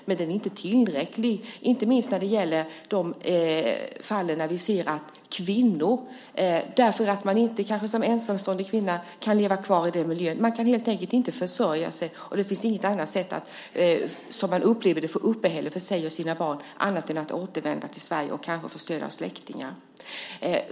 Men den är inte tillräcklig, framför allt inte när det gäller de fall där ensamstående kvinnor inte kan leva kvar i den miljö där barnen finns. Man kan helt enkelt inte försörja sig. Man upplever att det inte finns något annat sätt att få uppehälle för sig och sina barn än att återvända till Sverige och kanske få stöd av släktingar.